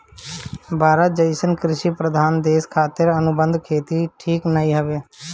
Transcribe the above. भारत जइसन कृषि प्रधान देश खातिर अनुबंध खेती ठीक नाइ हवे